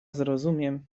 zrozumiem